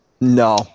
No